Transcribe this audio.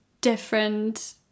different